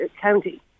county